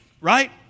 right